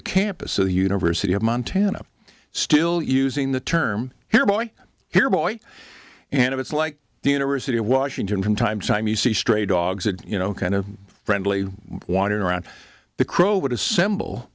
the campus of the university of montana still using the term here boy here boy and it's like the university of washington from time to time you see stray dogs and you know kind of friendly wandering around the crow would assemble